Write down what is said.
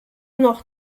noch